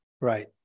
Right